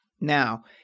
Now